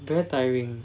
very tiring